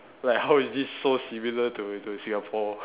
like how is this so similar to to Singapore